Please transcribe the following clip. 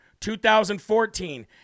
2014